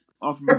off